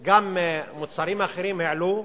גם מוצרים אחרים העלו,